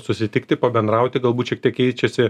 susitikti pabendrauti galbūt šiek tiek keičiasi